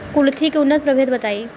कुलथी के उन्नत प्रभेद बताई?